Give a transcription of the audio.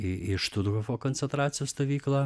į į štuthofo koncentracijos stovyklą